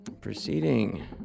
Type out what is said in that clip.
Proceeding